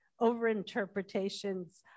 overinterpretations